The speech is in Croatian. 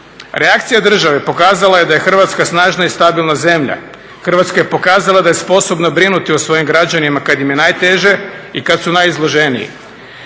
Reakcija države pokazala je da je Hrvatska snažna i stabilna zemlja. Hrvatska je pokazala da je sposobna brinuti o svojim građanima kada im je najteže i kada su najizloženiji.